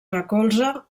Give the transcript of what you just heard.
recolza